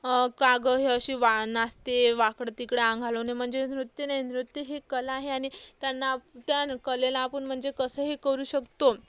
का ग ही अशी वा नाचते वाकडंतिकडं अंग हालवणे म्हणजे नृत्य नाही नृत्य ही कला आहे आणि त्यांना त्या कलेला आपण म्हणजे कसंही करू शकतो